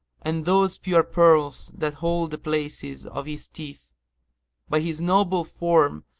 and those pure pearls that hold the places of his teeth by his noble form,